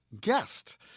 guest